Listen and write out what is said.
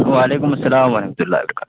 وعلیکم السلام ورحمۃ اللہ وبرکاتہ